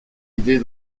idée